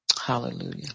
Hallelujah